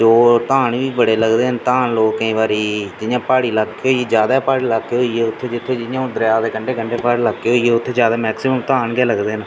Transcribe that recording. धान बी बड़े लगदे न धान बी लोकें केईं बारी जि'यां पहाड़ी लाके होई गे जैदा गै प्हाड़ी लाके होई गे जि'यां जित्थै हून दरिया दे कंढे कंढे पहाड़ी लाके होई गे